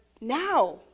now